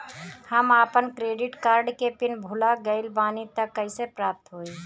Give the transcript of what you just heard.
हम आपन credit card के पिन भुला गइल बानी त कइसे प्राप्त होई?